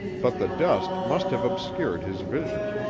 but the dust must have obscured his vision.